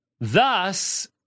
thus